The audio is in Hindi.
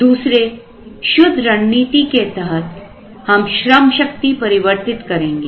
दूसरे शुद्ध रणनीति के तहत हम श्रमशक्ति परिवर्तित करेंगे